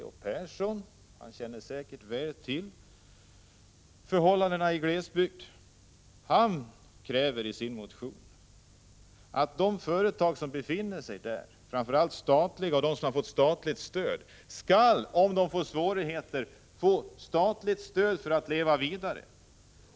Leo Persson känner säkert väl till förhållandena i glesbygd. Han kräver i sin motion att de företag som befinner sig i glesbygd, framför allt de som har fått statligt stöd, om de råkar i svårigheter skall få statligt stöd för att kunna leva vidare.